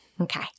Okay